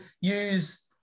use